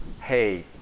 hey